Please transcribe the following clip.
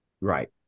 Right